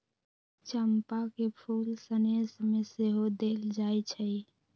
चंपा के फूल सनेश में सेहो देल जाइ छइ